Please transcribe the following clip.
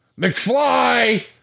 McFly